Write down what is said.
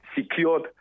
secured